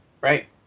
right